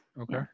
Okay